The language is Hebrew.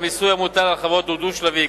שהמיסוי המוטל על חברות הוא דו-שלבי,